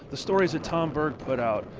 the stories that tom bird put out,